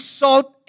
salt